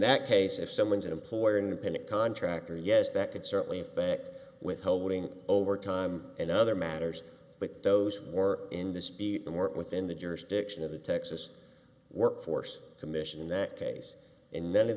that case if someone's an employer independent contractor yes that could certainly affect withholding over time and other matters but those more in the speech and work within the jurisdiction of the texas workforce commission in that case and